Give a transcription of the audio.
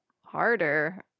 harder